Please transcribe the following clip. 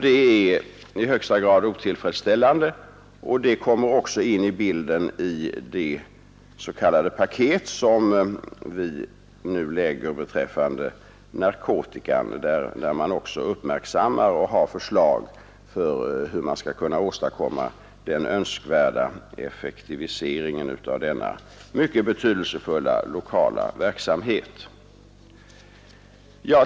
Det är i högsta grad otillfredsställande, och det kommer också in i bilden i det s.k. paket som vi nu lägger fram beträffande narkotika och där vi har förslag om hur man skall kunna åstadkomma den önskvärda effektiviseringen av denna mycket betydelsefulla lokala verksamhet.